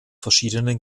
verschiedenen